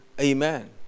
Amen